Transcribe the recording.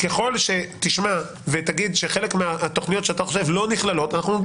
ככל שתשמע ותגיד שחלק מהתכניות שאתה חושב לא נכללות אנחנו נדון